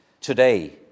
today